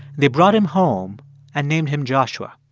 they brought him home and named him joshua.